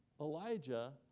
Elijah